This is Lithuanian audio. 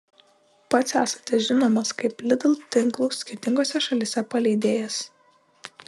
pats esate žinomas kaip lidl tinklų skirtingose šalyse paleidėjas